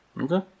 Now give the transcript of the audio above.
Okay